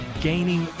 gaining